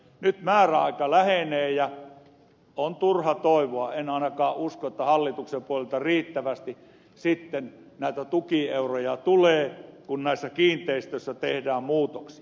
nyt määräaika lähenee ja on turha toivoa ja en ainakaan usko että hallituksen puolelta riittävästi näitä tukieuroja tulee kun näissä kiinteistöissä tehdään muutoksia